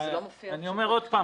אני אומר שוב,